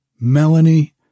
Melanie